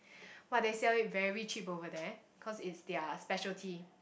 !wah! they sell it very cheap over that cause it's their specialty